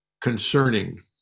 concerning